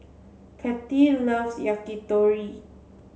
Cathy loves Yakitori